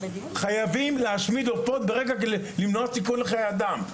חייבים להשמיד עופות כדי למנוע סיכון חיי אדם,